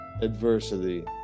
adversity